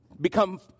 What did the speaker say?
become